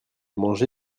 mangé